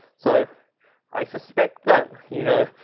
so i suspect that, you know,